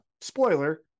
Spoiler